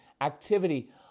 activity